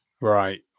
Right